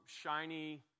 shiny